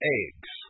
eggs